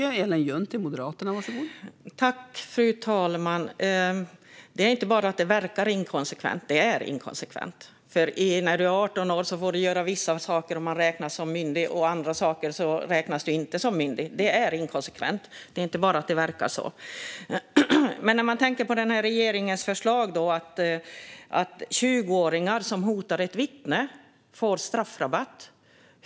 Fru talman! Det inte bara verkar inkonsekvent, utan det är inkonsekvent att man får göra vissa saker när man är 18 år och att man då räknas som myndig men att man inte räknas som myndig när man gör andra saker. Med regeringens förslag får 20-åringar som hotar ett vittne straffrabatt.